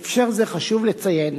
בהקשר זה חשוב לציין